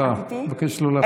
נגד